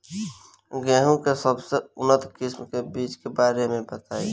गेहूँ के सबसे उन्नत किस्म के बिज के बारे में बताई?